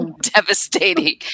Devastating